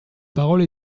parole